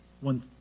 one